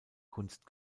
kunst